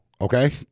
Okay